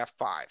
f5